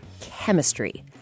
chemistry